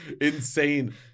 insane